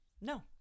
No